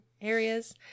areas